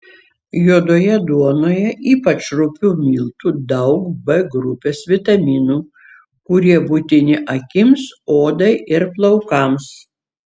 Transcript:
juodoje duonoje ypač rupių miltų daug b grupės vitaminų kurie būtini akims odai ir plaukams